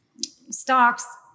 stocks